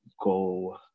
go